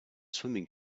swimming